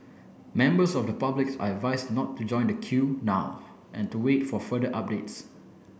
members of the public are advised not to join the queue now and to wait for further updates